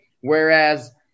Whereas